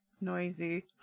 noisy